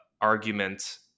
argument